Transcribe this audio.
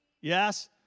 Yes